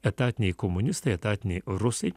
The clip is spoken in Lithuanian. etatiniai komunistai etatiniai rusai